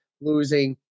losing